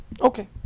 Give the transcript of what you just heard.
okay